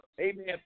amen